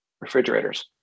refrigerators